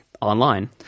Online